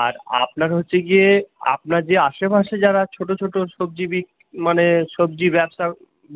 আর আপনার হচ্ছে গিয়ে আপনার যে আশেপাশে যারা ছোটো ছোটো সবজি বিক্রি মানে সবজি ব্যবসা